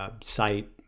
site